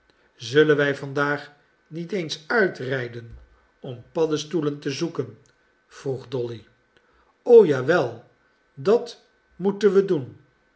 zullen wij vandaag niet eens uitrijden om paddestoelen te zoeken vroeg dolly o ja wel dat moeten we doen